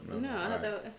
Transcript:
No